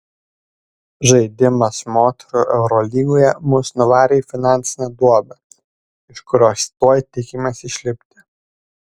žaidimas moterų eurolygoje mus nuvarė į finansinę duobę iš kurios tuoj tikimės išlipti